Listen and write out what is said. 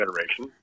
Federation